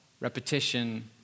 Repetition